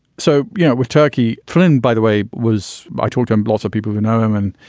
so, you know, with turkey. flynn, by the way, was i told him, lots of people who know him and,